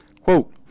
Quote